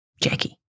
Jackie